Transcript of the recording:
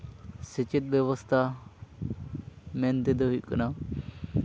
ᱥᱮᱪᱮᱫ ᱵᱮᱵᱚᱥᱛᱷᱟ ᱢᱮᱱ ᱛᱮᱫᱚ ᱦᱩᱭᱩᱜ ᱠᱟᱱᱟ